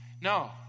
no